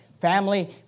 family